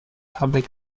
public